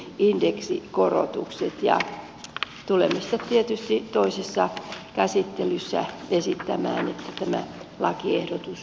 tulemme sitten tietysti toisessa käsittelyssä esittämään että tämä lakiehdotus hylättäisiin